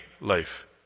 life